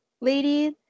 ladies